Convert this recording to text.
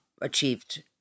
achieved